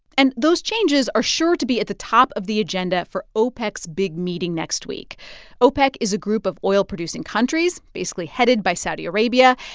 and those changes are sure to be at the top of the agenda for opec's big meeting next week opec is a group of oil-producing countries, basically headed by saudi arabia.